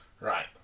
Right